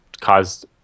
caused